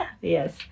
Yes